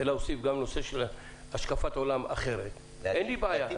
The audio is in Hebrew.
והוסיף גם השקפת עולם אחרת אין לי בעיה.